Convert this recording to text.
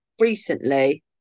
recently